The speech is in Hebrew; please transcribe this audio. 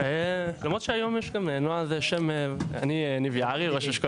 אני ניב יערי, ראש אשכול